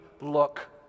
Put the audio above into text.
look